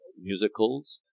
musicals